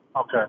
Okay